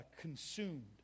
consumed